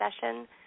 session